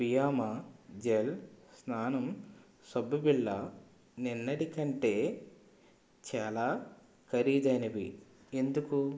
Fiama gel స్నానం సబ్బు బిళ్ళ నిన్నటి కంటే చాలా ఖరీదైనవి ఎందుకు